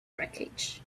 wreckage